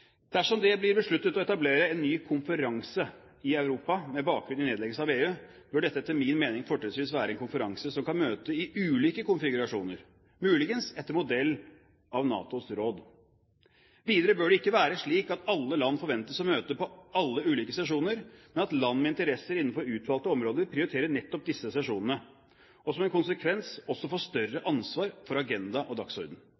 Dersom det blir besluttet å etablere en ny konferanse i Europa med bakgrunn i nedleggelsen av VEU, bør dette etter min mening fortrinnsvis være en konferanse som kan møte i ulike konfigurasjoner – muligens etter modell av NATOs råd. Videre bør det ikke være slik at alle land forventes å møte på alle ulike sesjoner, men at land med interesser innenfor utvalgte områder prioriterer nettopp disse sesjonene, og som en konsekvens også får